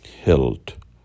held